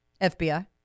FBI